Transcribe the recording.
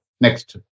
next